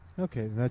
Okay